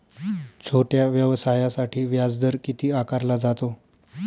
छोट्या व्यवसायासाठी व्याजदर किती आकारला जातो?